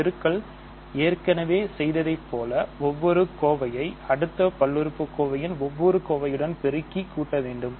பெருக்கல் ஏற்கனவே செய்ததை போல ஒவ்வொரு கோவையை அடுத்த பல்லுறுப்புக்கோவையின் ஒவ்வொரு கோவையுடனும் பெருக்கி கூட்ட வேண்டும் வேண்டும்